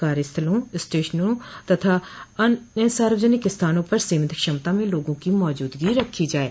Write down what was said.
कार्यस्थलों स्टेशनों तथा अन्य सार्वजनिक स्थानों पर सीमित क्षमता में लोगों की मौजूदगी रखी जाये